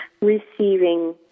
receiving